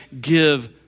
give